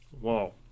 Wow